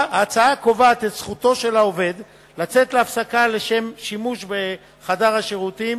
ההצעה קובעת את זכותו של העובד לצאת להפסקה לשם שימוש בחדר שירותים,